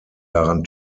daran